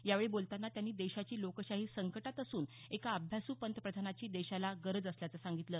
यावेळी बोलतांना त्यांनी देशाची लोकशाही संकटात असून एका अभ्यासू पंतप्रधानाची देशाला गरज असल्याचं सांगितलं